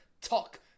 talk